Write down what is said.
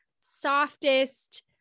softest